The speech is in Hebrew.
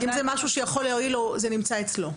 אם זה משהו שיכול להועיל לו, זה נמצא אצלו.